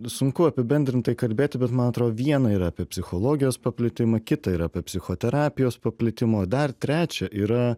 sunku apibendrintai kalbėti bet man atrodo viena yra apie psichologijos paplitimą kita yra apie psichoterapijos paplitimą dar trečia yra